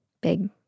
Big